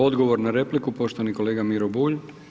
Odgovor na repliku, poštovani kolega Miro Bulj.